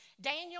Daniel